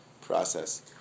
process